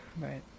Right